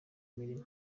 imirimo